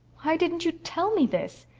why didn't you tell me this?